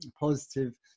positive